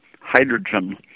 hydrogen